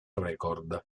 record